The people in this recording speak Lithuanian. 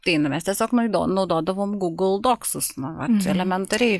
tai nu mes tiesiog naido naudodavom gūgl doksus nu vat elementariai